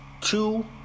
Two